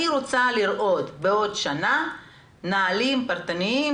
אני רוצה לראות בעוד שנה נהלים פרטניים